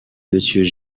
monsieur